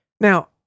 Now